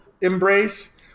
embrace